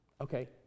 Okay